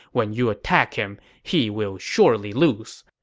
when you attack him, he will surely lose.